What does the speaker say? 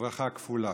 בברכה כפולה: